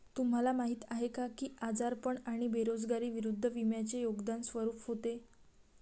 तुम्हाला माहीत आहे का की आजारपण आणि बेरोजगारी विरुद्ध विम्याचे योगदान स्वरूप होते?